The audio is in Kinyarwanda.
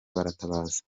baratabaza